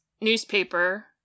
newspaper